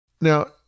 Now